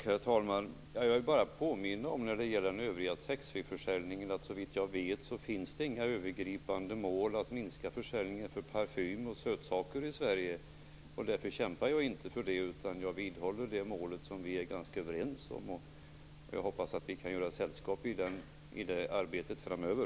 Herr talman! När det gäller den övriga taxfreeförsäljningen vill jag påminna om att det, såvitt jag vet, inte finns några övergripande mål att minska försäljningen av parfym och sötsaker i Sverige. Därför kämpar jag inte för det. Jag vidhåller det mål vi är ganska överens om. Jag hoppas att vi kan göra sällskap i det arbetet framöver.